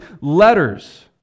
letters